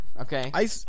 okay